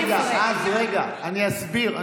רגע, אני אסביר.